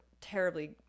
terribly